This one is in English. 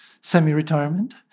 semi-retirement